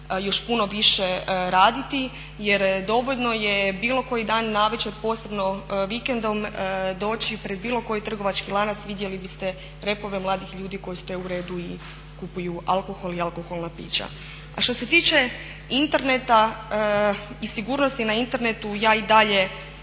još puno više raditi jer dovoljno je bilo koji dan navečer, posebno vikendom doći pred bilo koji trgovački lanac, vidjeli biste repove mladih ljudi koji stoje u redu i kupuju alkohol i alkoholna pića. Što se tiče Interneta i sigurnosti na Internetu, ja i dalje